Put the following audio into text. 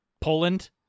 Poland